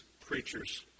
preachers